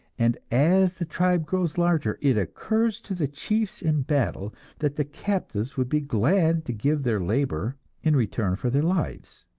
and as the tribe grows larger, it occurs to the chiefs in battle that the captives would be glad to give their labor in return for their lives,